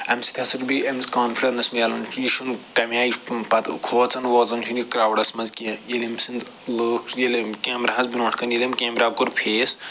اَمہِ سۭتۍ ہَسا چھُ بیٚیہِ أمِس کانٛفِڈٮ۪نٕس مِلان یہِ چھُنہٕ تَمہِ آے یہِ چھُ پتہٕ کھوٚژان ووٚژان چھُنہٕ یہِ کرٛاوڈَس منٛز کیٚنٛہہ ییٚلہِ یِم سٕنٛز لُکھ ییٚلہِ یِم کیمراہس برٛونٛٹھ کَنہِ ییٚلہِ یِم کیمرا کوٚر فیس